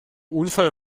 unfall